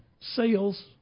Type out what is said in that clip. sales